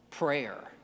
Prayer